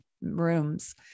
rooms